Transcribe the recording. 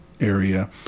area